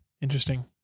Interesting